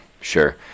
sure